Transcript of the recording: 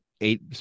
Eight